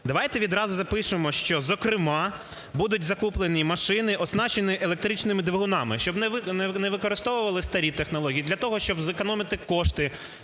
давайте відразу запишемо, що зокрема будуть закуплені машини оснащені електричними двигунами, щоб не використовували старі технології для того, щоб зекономити кошти